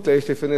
והלקוח,